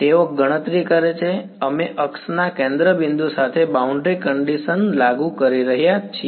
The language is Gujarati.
તેઓ ગણતરી કરે છે અમે અક્ષના કેન્દ્ર બિંદુ સાથે બાઉન્ડ્રી કંડીશન લાગુ કરી રહ્યા છીએ